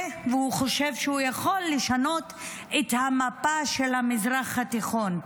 והוא חושב שהוא יכול לשנות את המפה של המזרח התיכון,